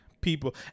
people